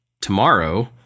tomorrow